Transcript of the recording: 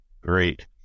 great